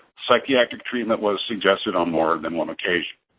psychiatric treatment was suggested on more than one occasion.